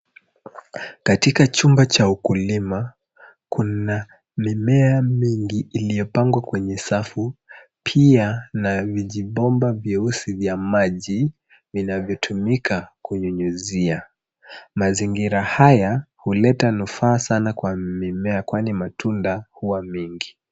Katika chumba cha ukulima, kuna mimea mingi iliopangwa kwenye safu, pia na vijibomba vyeusi vya maji, vinavyotumika kunyinyizia. Mazingira haya huleta nufaa sana kwa mimea kwani matunda huwa mengi.